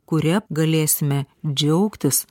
kuria galėsime džiaugtis